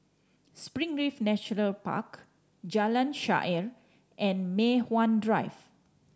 Springleaf Nature Park Jalan Shaer and Mei Hwan Drive